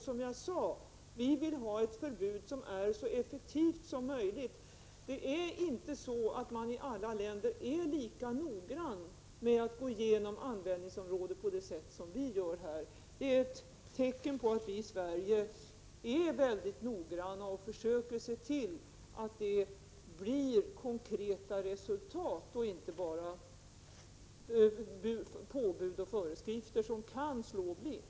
Som jag sade vill vi ha ett förbud som är så effektivt som möjligt. Man är inte lika noggrann i alla länder med att gå igenom användningsområden på det sätt som vi gör här. Det är ett tecken på att vi i Sverige är mycket noggranna och försöker se till att det blir konkreta resultat och inte bara påbud och föreskrifter som kan slå blint.